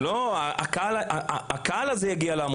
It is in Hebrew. לא, הקהל הזה יגיע לעמותות.